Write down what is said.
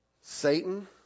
satan